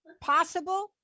possible